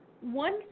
one